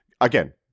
again